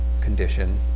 condition